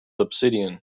obsidian